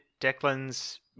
Declan's